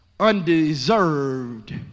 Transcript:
undeserved